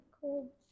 cool